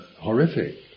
horrific